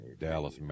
Dallas